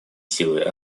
силой